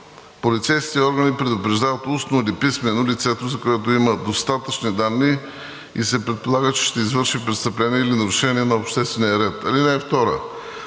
Полицейските органи предупреждават устно или писмено лицето, за което има достатъчни данни и се предполага, че ще извърши престъпление или нарушение на обществения ред.“ (2) За